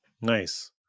Nice